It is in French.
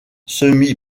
semi